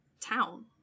town